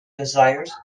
desires